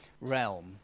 realm